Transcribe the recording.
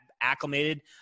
acclimated